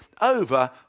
over